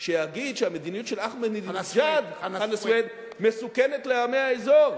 שיגיד שהמדיניות של אחמדינג'אד מסוכנת לעמי האזור.